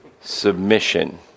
Submission